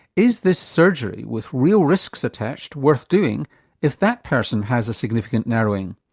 is this surgery, with real risks attached, worth doing if that person has a significant narrowing,